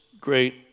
great